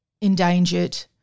endangered